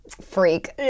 freak